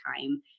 time